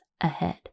ahead